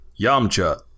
Yamcha